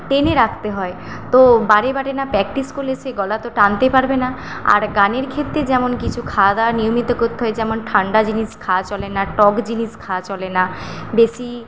টেনে রাখতে হয় তো বারেবারে না প্র্যাকটিস করলে সেই গলা তো টানতে পারবে না আর গানের ক্ষেত্রে যেমন কিছু খাওয়া দাওয়া নিয়মিত করতে হয় যেমন ঠান্ডা জিনিস খাওয়া চলে না টক জিনিস খাওয়া চলে না বেশি